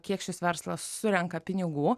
kiek šis verslas surenka pinigų